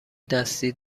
دستی